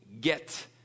get